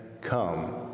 come